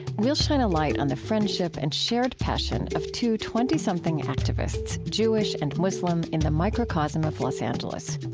we'll shed a light on the friendship and shared passion of two twenty something activists, jewish and muslim, in the microcosm of los angeles.